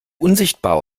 unsichtbar